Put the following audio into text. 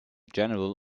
general